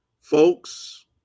folks